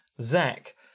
Zach